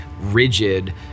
rigid